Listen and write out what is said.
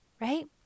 Right